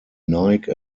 nike